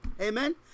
Amen